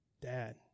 Dad